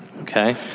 Okay